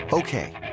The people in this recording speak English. Okay